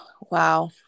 Wow